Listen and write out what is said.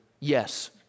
Yes